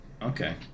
Okay